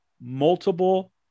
multiple